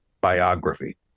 biography